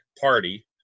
party